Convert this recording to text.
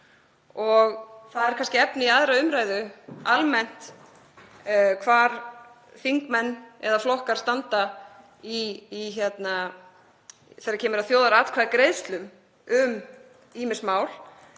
og það er kannski efni í aðra umræðu almennt hvar þingmenn eða flokkar standa þegar kemur að þjóðaratkvæðagreiðslum um ýmis mál.